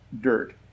dirt